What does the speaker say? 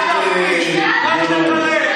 אנטישמית,